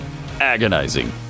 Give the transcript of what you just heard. agonizing